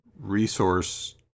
resource